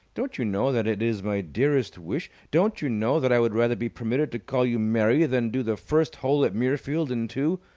don't you know that it is my dearest wish? don't you know that i would rather be permitted to call you mary than do the first hole at muirfield in two?